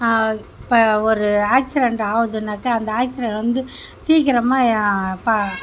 இப்போ ஒரு ஆக்சிடென்ட் ஆவுதுன்னாக்கா அந்த ஆக்சிடென்ட் வந்து சீக்கிரமாக பா